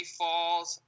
falls